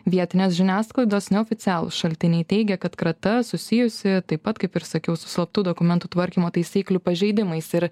vietinės žiniasklaidos neoficialūs šaltiniai teigia kad krata susijusi taip pat kaip ir sakiau su slaptų dokumentų tvarkymo taisyklių pažeidimais ir